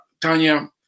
Tanya